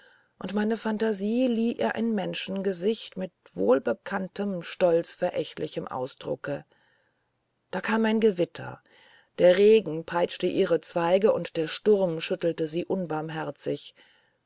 und meine phantasie lieh ihr ein menschengesicht mit wohlbekanntem stolzverächtlichem ausdrucke da kam ein gewitter der regen peitschte ihre zweige und der sturm schüttelte sie unbarmherzig